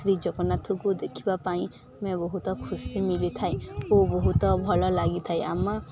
ଶ୍ରୀ ଜଗନ୍ନାଥଙ୍କୁ ଦେଖିବା ପାଇଁ ଆମେ ବହୁତ ଖୁସି ମିଳିଥାଏ ଓ ବହୁତ ଭଲ ଲାଗିଥାଏ ଆମ